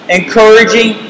encouraging